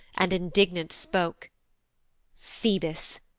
and indignant spoke phoebus!